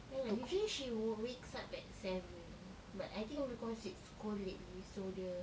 ya lah usually she would wakes up at seven but I think because it's cold lately so the